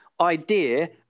idea